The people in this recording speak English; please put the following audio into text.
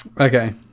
okay